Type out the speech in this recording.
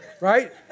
Right